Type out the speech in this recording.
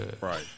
Right